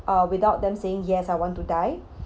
uh without them saying yes I want to die